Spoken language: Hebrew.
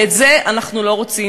ואת זה אנחנו לא רוצים.